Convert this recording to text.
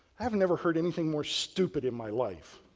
i have never heard anything more stupid in my life.